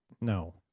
No